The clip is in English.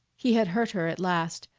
he had hurt her at last,